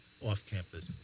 off-campus